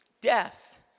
death